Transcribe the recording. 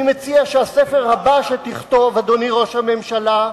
אני מציע שהספר הבא שתכתוב, אדוני ראש הממשלה,